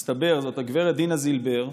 מסתבר, זאת הגברת דינה זילבר.